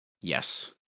Yes